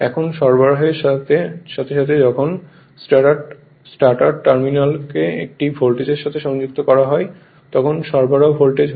এখন সরবরাহের সাথে সাথে যখন স্টেটর টার্মিনালকে একটি ভোল্টেজের সাথে সংযুক্ত করা হয় তখন সরবরাহ ভোল্টেজ হয়